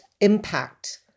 impact